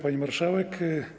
Pani Marszałek!